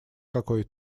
какой